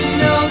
no